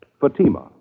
Fatima